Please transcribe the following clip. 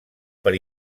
per